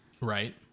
Right